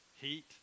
heat